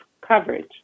coverage